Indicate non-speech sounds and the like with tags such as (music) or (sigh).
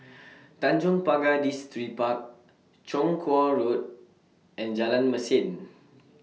(noise) Tanjong Pagar Distripark Chong Kuo Road and Jalan Mesin